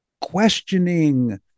Questioning